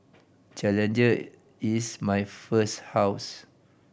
challenger is my first house